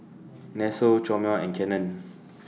Nestle Chomel and Canon